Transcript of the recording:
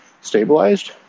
stabilized